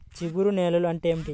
జిగురు నేలలు అంటే ఏమిటీ?